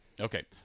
okay